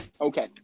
Okay